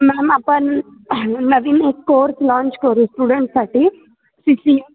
ma'am आपण नवीन एक कोर्स लाँच करू स्टुडंटसाठी सी सी